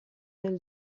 del